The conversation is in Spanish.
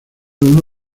uno